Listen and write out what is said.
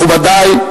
מכובדי,